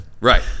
Right